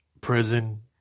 prison